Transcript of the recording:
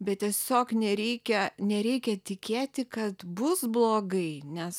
bet tiesiog nereikia nereikia tikėti kad bus blogai nes